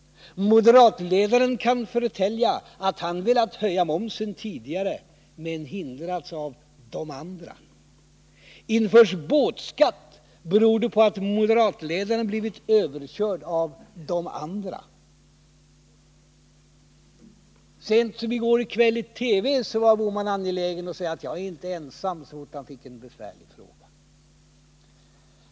Moderatledaren kan förtälja att han velat höja momsen tidigare, men hindrats av ”de andra”. Införs båtskatt beror det på att moderatledaren blivit överkörd av ”de andra”. Så sent som i går kväll i TV var Gösta Bohman angelägen att säga att jag är inte ensam, så fort han fick en besvärlig fråga.